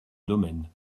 domaine